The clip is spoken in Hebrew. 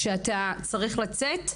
כשאתה צריך לצאת,